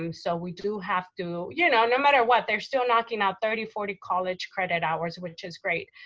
um so we do have to, you know, no matter what, they're still knocking out thirty, forty college credit hours, which is great,